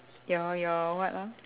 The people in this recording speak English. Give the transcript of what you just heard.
your your what ah